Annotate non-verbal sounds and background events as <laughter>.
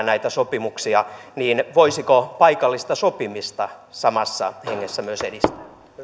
<unintelligible> näitä sopimuksia niin voisiko paikallista sopimista samassa hengessä myös edistää